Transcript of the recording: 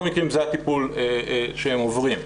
כי בעצם ברוב המקרים זה הטפול שהם עוברים.